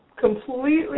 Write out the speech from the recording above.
completely